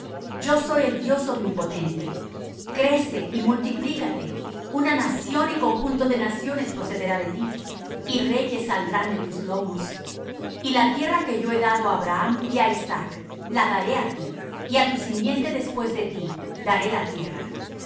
yo soy el dios omnipotente crece y multiplícate una nación y conjunto de naciones procederá de ti y reyes saldrán de tus lomos y la tierra que yo he dado á abraham y á isaac la daré á ti y á tu simiente después de ti daré la tierra y